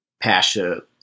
Pasha